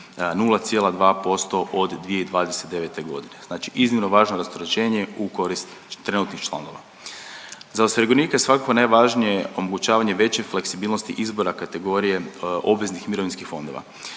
0,2% od 2029. godine. Znači iznimno važno rasterećenje u korist trenutnih članova. Za osiguranike je svakako najvažnije omogućavanje veće fleksibilnosti izbora kategorije obveznih mirovinskih fondova.